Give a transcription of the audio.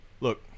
Look